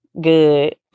good